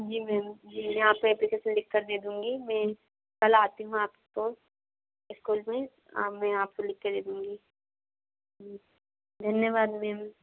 जी ma'am जी मैं आपको एप्लीकेसन लिख कर दे दूँगी में कल आती हूँ आपको स्कूल में मैं आपको लिख के दे दूँगी धन्यवाद मैम